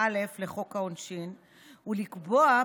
"הוא קבע"